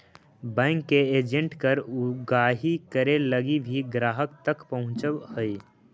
bank के agent कर उगाही करे लगी भी ग्राहक तक पहुंचऽ हइ